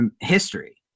history